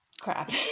crap